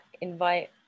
invite